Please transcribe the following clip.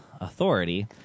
authority